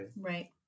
Right